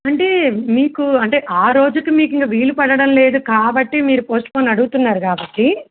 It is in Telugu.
అంటే మీకు అంటే ఆ రోజుకి మీకు ఇం వీలు పడడం లేదు కాబట్టి మీరు పోస్ట్పోన్ అడుగుతున్నారు కాబట్టి